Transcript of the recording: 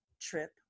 trip